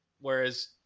Whereas